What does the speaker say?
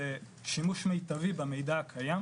שימוש מיטבי במידע הקיים.